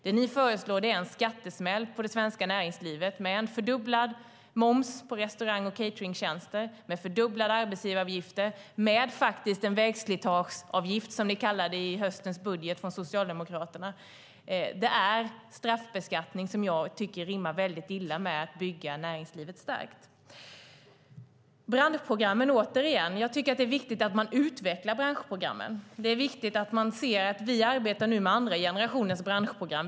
Det ni föreslår är en skattesmäll för det svenska näringslivet med en fördubblad moms på restaurang och cateringtjänster, med fördubblade arbetsgivaravgifter och med en vägslitageavgift, som ni kallar det, i er höstbudget. Det är straffbeskattning, vilket jag tycker rimmar väldigt illa med att bygga näringslivet starkt. Låt mig återkomma till frågan om branschprogrammen. Jag tycker att det är viktigt att man utvecklar branschprogrammen. Det är viktigt att man ser att vi nu arbetar med andra generationens branschprogram.